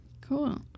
Cool